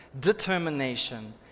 determination